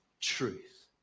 truth